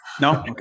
No